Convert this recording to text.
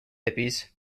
hippies